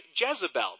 Jezebel